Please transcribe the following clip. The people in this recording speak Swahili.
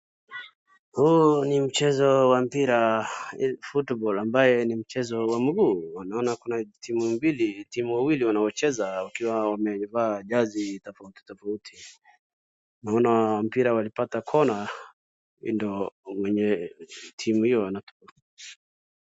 Huu ni mchezo wa mpira, football ambaye ni mchezo wa mguu. Naona kuna timu mbili, timu wawili wanaocheza, wakiwa wamevaa jezi tofautitofauti. Naona mpira walipata kona ndo wenye timu iyo.